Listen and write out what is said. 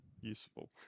useful